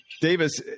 Davis